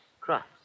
Crops